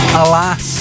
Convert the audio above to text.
alas